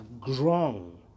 grown